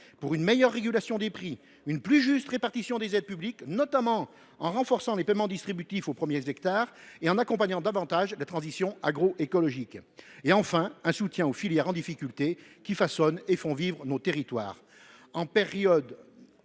: une meilleure régulation du prix ; une plus juste répartition des aides publiques, notamment en renforçant les paiements distributifs aux premiers hectares et en accompagnant davantage la transition agroécologique ; et enfin, un soutien aux filières en difficulté, qui façonnent et font vivre nos territoires.